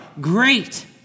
great